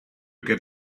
get